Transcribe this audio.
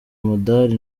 umudali